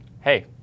hey